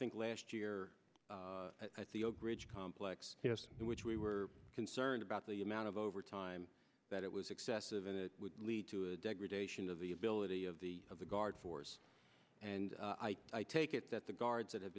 last year at the oak ridge complex in which we were concerned about the amount of overtime that it was excessive and it would lead to a degradation of the ability of the of the guard force and i take it that the guards that have